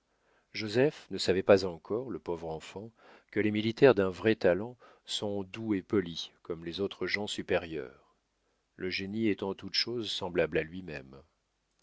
joseph ne savait pas encore le pauvre enfant que les militaires d'un vrai talent sont doux et polis comme les autres gens supérieurs le génie est en toute chose semblable à lui-même